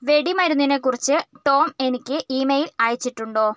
വെടിമരുന്നിനെക്കുറിച്ച് Tom എനിക്ക് email അയച്ചിട്ടുണ്ടോ